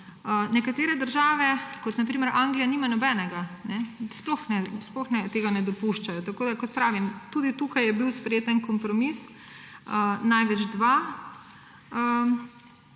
Nekatere države, kot na primer Anglija, nimajo nobenega, sploh tega ne dopuščajo. Kot pravim, tudi tukaj je bil sprejet en kompromis, da največ dva.